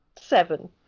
seven